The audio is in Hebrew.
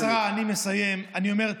גברתי,